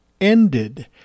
ended